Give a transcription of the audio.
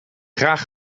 graag